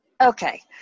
Okay